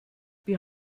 wir